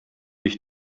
ich